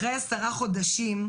אחרי עשרה חודשים,